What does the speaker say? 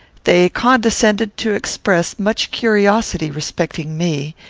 they condescended to express much curiosity respecting me,